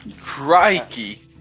Crikey